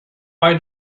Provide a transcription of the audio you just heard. why